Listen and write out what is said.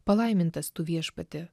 palaimintas tu viešpatie